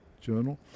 journal